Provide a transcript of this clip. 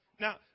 Now